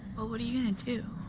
well what are you gonna do?